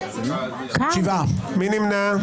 מי נמנע?